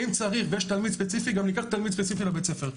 אם צריך ויש תלמיד ספציפי גם ניקח תלמיד ספציפי לבית הספר.